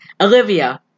Olivia